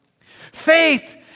Faith